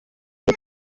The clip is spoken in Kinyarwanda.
iyi